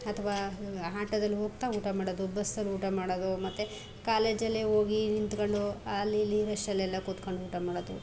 ಅಥ್ವಾ ಹಾಟೋದಲ್ಲಿ ಹೋಗ್ತಾ ಊಟ ಮಾಡೊದು ಬಸ್ಸಲ್ಲಿ ಊಟ ಮಾಡೋದು ಮತ್ತು ಕಾಲೇಜಲ್ಲೇ ಹೋಗಿ ನಿಂತ್ಕೊಂಡು ಅಲ್ಲಿ ಇಲ್ಲಿ ರಷಲ್ಲೆಲ್ಲ ಕೂತ್ಕೊಂಡು ಊಟ ಮಾಡೋದು